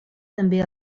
també